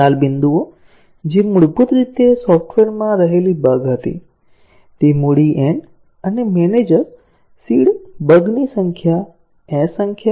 લાલ બિંદુઓ જે મૂળભૂત રીતે સોફ્ટવેરમાં રહેલી બગ હતી તે મૂડી N અને મેનેજર સીડ બગ ની S સંખ્યા બગ ની મૂડી S સંખ્યા